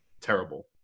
terrible